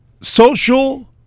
social